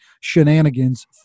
shenanigans